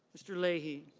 mr. leahy.